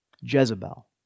Jezebel